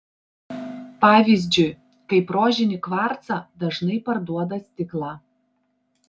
pavyzdžiui kaip rožinį kvarcą dažnai parduoda stiklą